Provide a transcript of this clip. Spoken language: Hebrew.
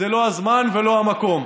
חשבתי שכהנא,